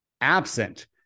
absent